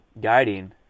guiding